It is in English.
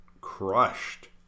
crushed